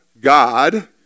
God